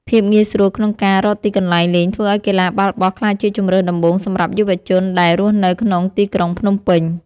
ភាពងាយស្រួលក្នុងការរកទីកន្លែងលេងធ្វើឱ្យកីឡាបាល់បោះក្លាយជាជម្រើសដំបូងសម្រាប់យុវជនដែលរស់នៅក្នុងទីក្រុងភ្នំពេញ។